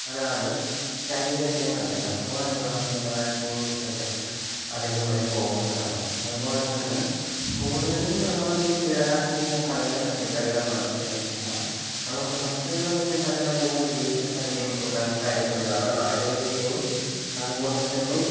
അതാണ് ശരീരത്തിന് നല്ലത് അപ്പോൽ അതിലുള്ള കീടനാശിനി എല്ലാം അതിലൂടെ പോകുന്നതാണ് അതുപോലെ തന്നെ കൂടുതലും നമ്മൾ ഈ കീടനാശിനികൾ തളിച്ച പച്ചക്കറികൾ വാങ്ങിച്ച് കഴിക്കാതെ നമുക്ക് പറ്റുന്ന പച്ചക്കറികളെല്ലാം വീട്ടിൽ തന്നെ ഉണ്ടാക്കി കഴിക്കുന്നതാണ് ആരോഗ്യത്തിനും അതുപോലെ തന്നെ